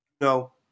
no